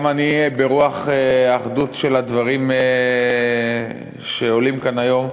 גם אני, ברוח האחדות של הדברים שעולים כאן היום,